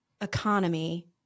economy